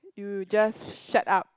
you just shut up